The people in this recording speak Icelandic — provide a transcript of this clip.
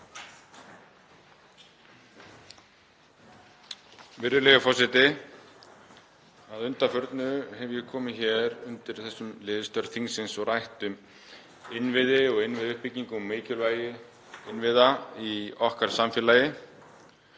Virðulegi forseti. Að undanförnu hef ég komið upp undir þessum lið, um störf þingsins, og rætt um innviði og innviðauppbyggingu og mikilvægi innviða í okkar samfélagi.